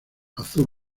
azul